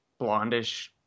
blondish